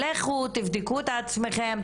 "לכו תבדקו את עצמכם,